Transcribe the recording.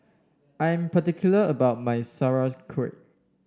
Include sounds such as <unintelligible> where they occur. I am particular about my <unintelligible>